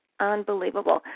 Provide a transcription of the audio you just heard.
Unbelievable